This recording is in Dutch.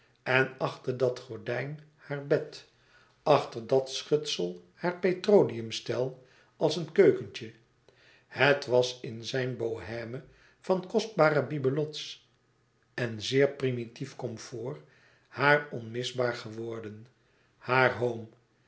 en achter dat gordijn e ids aargang haar bed achter dat schutsel haar petroleumstel als een keukentje het was in zijn bohême van kostbare bibelots en zeer primitief comfort haar onmisbaar geworden haar home